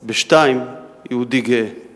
בשתיים, "יהודי גאה";